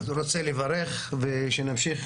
אני רוצה לברך ושנמשיך